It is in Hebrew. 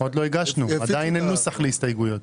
עוד לא הגשנו, עדיין אין נוסח להסתייגויות.